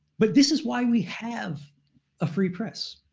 but this is why we have a free press.